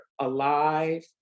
alive